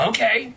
Okay